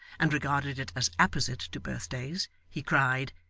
and regarded it as apposite to birthdays, he cried,